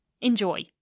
Enjoy